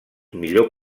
millor